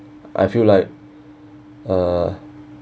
I feel like uh